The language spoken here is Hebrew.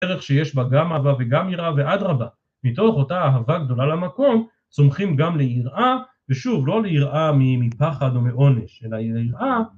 ערך שיש בה גם אהבה וגם יראה, ואדרבה, מתוך אותה אהבה גדולה למקום סומכים גם ליראה ושוב לא ליראה מפחד או מעונש אלא ליראה